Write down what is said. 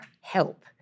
help